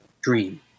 Dream